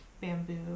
Bamboo